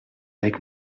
avec